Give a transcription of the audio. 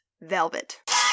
velvet